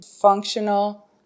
functional